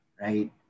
right